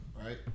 right